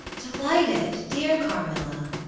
delighted, dear carmilla,